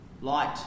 light